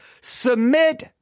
Submit